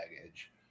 baggage